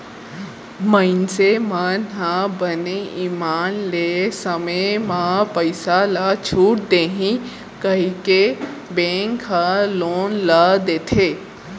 मइनसे मन ह बने ईमान ले समे म पइसा ल छूट देही कहिके बेंक ह लोन ल देथे